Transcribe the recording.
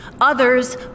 Others